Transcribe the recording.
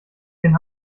den